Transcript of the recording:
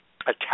attack